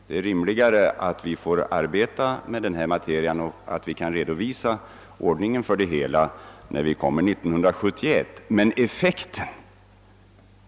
Det är rimligare att vi nu får arbeta med frågorna så att vi år 1971 kan redovisa en tänkbar ordning för det hela.